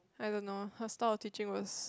I don't know her style of teaching was